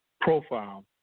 profile